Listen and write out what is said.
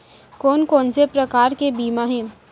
कोन कोन से प्रकार के बीमा हे?